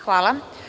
Hvala.